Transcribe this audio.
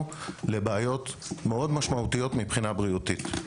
לבעיות משמעותיות מאוד מבחינה בריאותית,